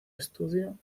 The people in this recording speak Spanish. estudio